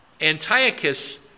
Antiochus